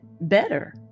better